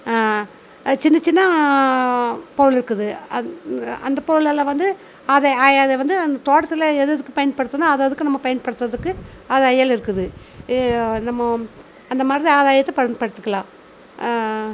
சின்ன சின்ன பொருளுருக்குது அந்த பொருளெல்லாம் வந்து அதை அதை வந்து தோட்டத்தில் எது எதுக்கு பயன்படுத்தணும் அது அதுக்கு நம்ப பயன்படுத்துறதுக்கு அதை இருக்குது நம்மோ அந்தமாதிரி ஆதாயத்தை பயன்படுத்திக்கிலாம்